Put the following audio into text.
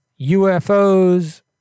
UFOs